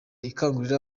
ikangurira